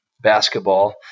basketball